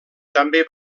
també